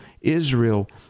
Israel